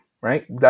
right